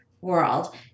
world